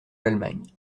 l’allemagne